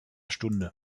stunde